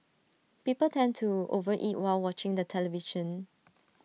people tend to over eat while watching the television